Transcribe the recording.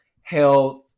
health